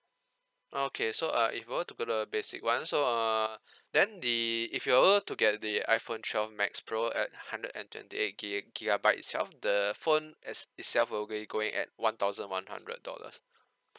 okay so uh if you were to get the basic one so err then the if you were to get the iphone twelve max pro at hundred and twenty eight gig~ gigabyte itself the phone as itself will be going at one thousand one hundred dollars